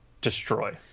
Destroy